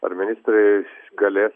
ar ministrai galės